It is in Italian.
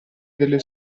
delle